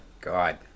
god